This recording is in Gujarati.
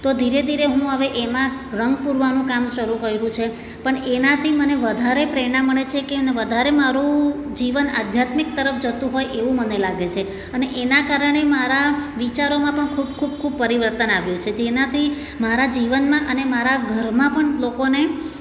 તો ધીરે ધીરે હું હવે એમાં રંગ પૂરવાનું કામ શરૂ કર્યું છે પણ એનાથી મને વધારે પ્રેરણા મળે છે કે વધારે મારું જીવન આધ્યાત્મિક તરફ જતું હોય એવું મને લાગે છે અને એના કારણે મારા વિચારોમાં પણ ખૂબ ખૂબ ખૂબ પરિવર્તન આવ્યું છે જેનાથી મારા જીવનમાં અને મારા ઘરમાં પણ લોકોને